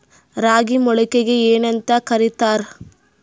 ರಾಗಿ ಮೊಳಕೆಗೆ ಏನ್ಯಾಂತ ಕರಿತಾರ?